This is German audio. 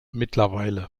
mittlerweile